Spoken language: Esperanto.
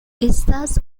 estas